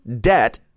debt